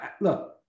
look